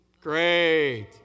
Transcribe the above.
Great